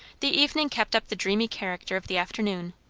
the evening kept up the dreamy character of the afternoon,